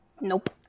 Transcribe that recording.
Nope